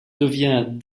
devient